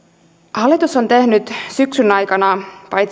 hallitus on tehnyt syksyn aikana